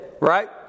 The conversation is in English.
right